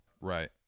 Right